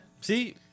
See